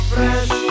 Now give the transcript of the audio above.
Fresh